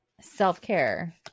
Self-care